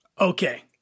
Okay